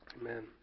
Amen